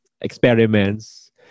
experiments